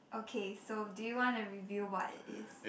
okay so do you wanna reveal what it is